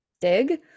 dig